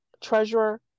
treasurer